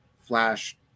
Flash